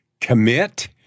commit